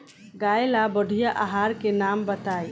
गाय ला बढ़िया आहार के नाम बताई?